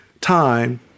time